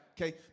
Okay